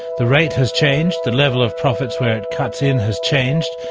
the rate has changed, the level of profits where it cuts in has changed,